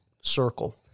circle